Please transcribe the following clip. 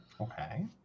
okay